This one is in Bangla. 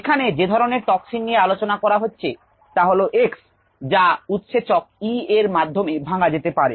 এখানে যে ধরনের টক্সিন নিয়ে আলোচনা করা হচ্ছে তা হল X যা উৎসেচক E এর মাধ্যমে ভাঙ্গা যেতে পারে